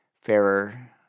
fairer